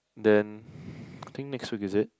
then I think next week is it